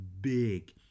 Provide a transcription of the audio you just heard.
big